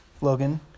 Logan